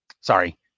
Sorry